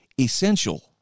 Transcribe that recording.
essential